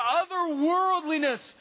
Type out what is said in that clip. otherworldliness